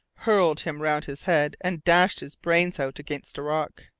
hurled him round his head and dashed his brains out against a rock.